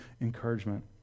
encouragement